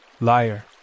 Liar